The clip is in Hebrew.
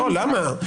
לא, למה?